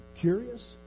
curious